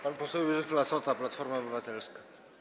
Pan poseł Józef Lassota, Platforma Obywatelska.